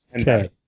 Okay